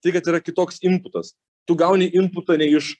tai kad yra kitoks imputas tu gauni imputą ne iš